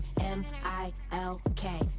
M-I-L-K